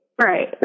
Right